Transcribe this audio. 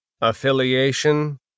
Affiliation